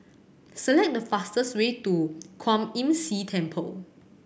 select the fastest way to Kwan Imm See Temple